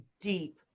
deep